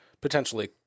potentially